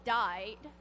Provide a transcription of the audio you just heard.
died